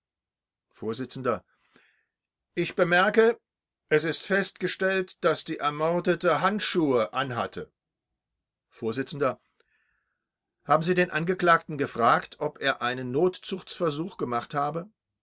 vors ich bemerke es ist festgestellt daß die ermordete handschuhe anhatte vors haben sie den angeklagten gefragt ob er einen notzuchtsversuch gemacht habe